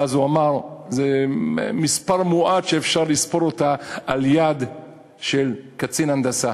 ואז הוא אמר: זה מספר מועט שאפשר לספור אותו על יד של קצין הנדסה.